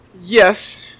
Yes